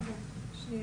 שזו